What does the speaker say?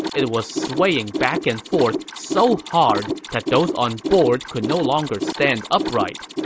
it was swaying back and forth so hard that those on board could no longer stand upright.